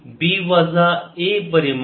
आणि b वजा a परिमाण